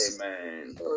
Amen